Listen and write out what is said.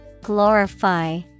Glorify